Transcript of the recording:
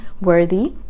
worthy